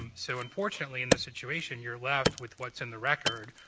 and so, unfortunately, in this situation, you're left with what's in the record,